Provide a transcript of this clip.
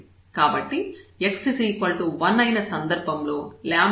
కాబట్టి x 1 అయిన సందర్భంలో λ0 అవుతుంది